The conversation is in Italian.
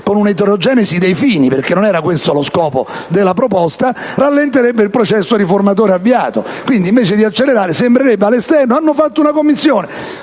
con una eterogenesi dei fini (perché non era questo lo scopo della proposta), rallenterebbe il processo riformatore avviato. Invece di accelerare, come sembrerebbe all'esterno, dove l'istituzione della Commissione